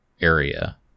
area